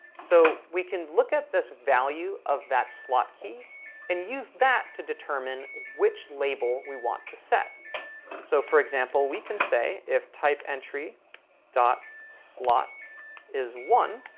so we can look at this value of that slot key and use that to determine which label we want to set so for example, we can say if typeentry slot is one,